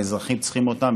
האזרחים צריכים אותן,